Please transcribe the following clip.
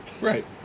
Right